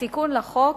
התיקון לחוק